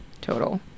total